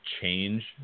change